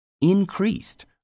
increased